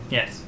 Yes